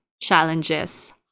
challenges